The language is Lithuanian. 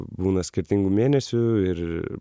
būna skirtingų mėnesių ir